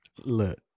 Look